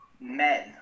men